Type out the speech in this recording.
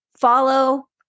follow